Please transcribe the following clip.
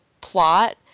plot